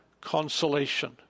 consolation